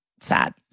sad